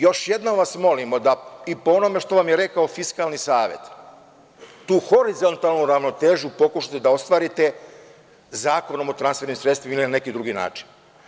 Još jedno vas molimo, i po onome što vam je rekao Fiskalni savet, da tu horizontalnu ravnotežu pokušate da ostvarite Zakonom o transfernim sredstvima ili neki drugi način.